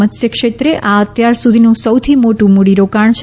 મત્સ્યક્ષેત્રે આ અત્યાર સુધીનું સૌથી મોટું મૂડીરોકાણ છે